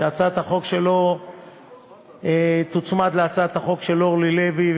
שהצעת החוק שלו תוצמד להצעת החוק של אורלי לוי,